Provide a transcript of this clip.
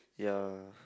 ya